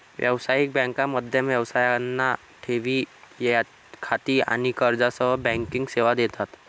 व्यावसायिक बँका मध्यम व्यवसायांना ठेवी खाती आणि कर्जासह बँकिंग सेवा देतात